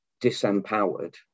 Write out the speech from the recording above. disempowered